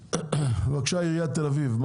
בבקשה עיריית תל אביב.